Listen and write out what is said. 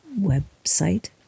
website